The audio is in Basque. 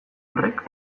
horrek